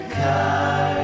car